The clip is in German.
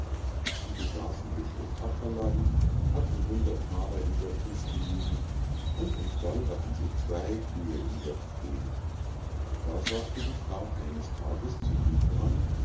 sie besaßen ihr stück ackerland hatten hundert thaler in der kiste liegen und im stall hatten sie zwei kühe im joch stehen da sagte die frau eines tages zu